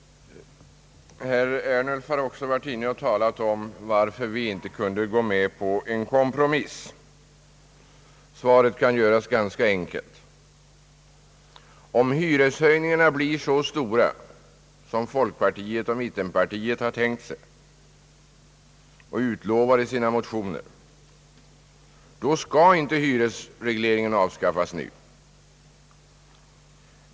Herr Ernulf har också varit inne på frågan varför vi inte kunde gå med på en kompromiss. Svaret kan göras ganska enkelt. Om hyreshöjningarna blir så stora, som mittenpartierna har tänkt sig och utlovar i sina motioner, då skall inte hyresregleringen avskaffas nu.